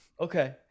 okay